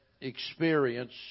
experience